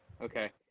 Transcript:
Okay